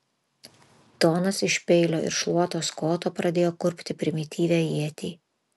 donas iš peilio ir šluotos koto pradėjo kurpti primityvią ietį